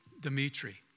Dimitri